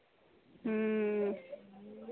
ह्म्म